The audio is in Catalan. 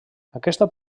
aquesta